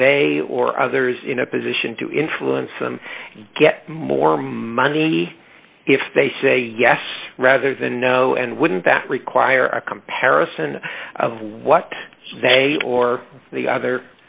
they or others in a position to influence them get more money if they say yes rather than no and wouldn't that require a comparison of what they or the